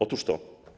Otóż to.